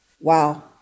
wow